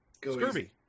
Scurvy